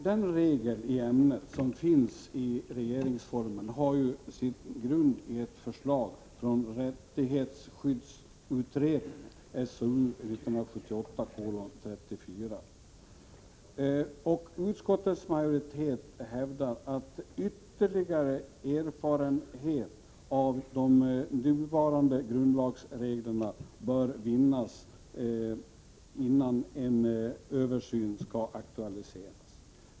Den bestämmelse på denna punkt som finns i regeringsformen har sin grund i ett förslag från rättighetsskyddsutredningen, framlagt i betänkandet SOU 1978:34. Utskottets majoritet hävdar att ytterligare erfarenhet av de nuvarande grundlagsreglerna bör vinnas innan en översyn skall aktualiseras.